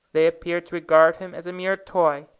they appeared to regard him as a mere toy,